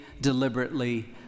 deliberately